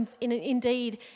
indeed